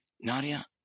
Nadia